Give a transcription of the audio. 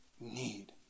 Need